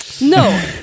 No